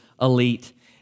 elite